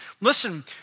Listen